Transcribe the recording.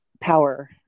power